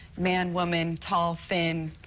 man, woman, tall, thin.